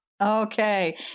Okay